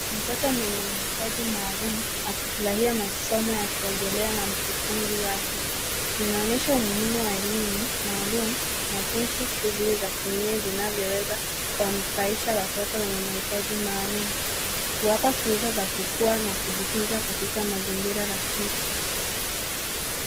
Mtoto mwenye mahitaji maalum akifurahia masomo ya kuogelea na mkufunzi wake. Inaonyesha umuhimu wa elimu maalum na jinsi shughuli za kimwili zinavyoweza kuwanufaisha watoto wenye mahitaji maalum, kuwapa funzo za kukua na kujifunza katika mazingira rafiki.